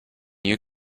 you